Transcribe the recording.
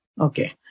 Okay